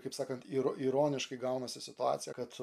kaip sakant ir ironiškai gaunasi situacija kad